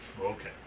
Okay